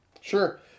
Sure